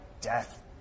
death